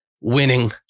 Winning